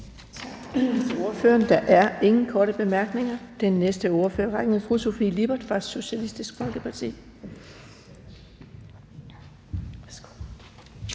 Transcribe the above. Tak til ordføreren. Der er ingen korte bemærkninger. Den næste i ordførerrækken er fru Sofie Lippert fra Socialistisk Folkeparti.